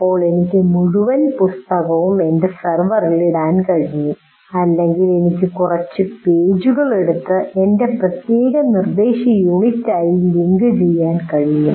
ഇപ്പോൾ എനിക്ക് മുഴുവൻ പുസ്തകവും എൻ്റെ സെർവറിൽ ഇടാൻ കഴിയും അല്ലെങ്കിൽ എനിക്ക് കുറച്ച് പേജുകൾ എടുത്ത് എന്റെ പ്രത്യേക നിർദ്ദേശയൂണിറ്റുമായി ലിങ്കുചെയ്യാൻ കഴിയും